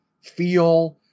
feel